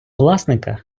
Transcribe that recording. власника